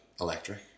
electric